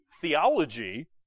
theology